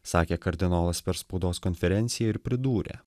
sakė kardinolas per spaudos konferenciją ir pridūrė